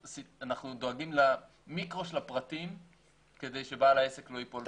אנחנו דואגים למיקרו של הפרטים כדי שבעל העסק לא ייפול בין הכיסאות.